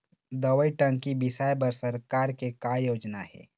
दवई टंकी बिसाए बर सरकार के का योजना हे?